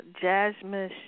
Jasmine